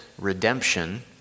redemption